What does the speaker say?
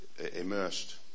immersed